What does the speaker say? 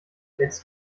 hältst